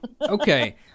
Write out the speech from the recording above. Okay